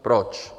Proč?